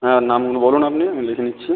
হ্যাঁ নামগুলো বলুন আপনি লিখে নিচ্ছি